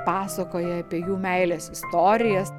pasakoja apie jų meilės istorijas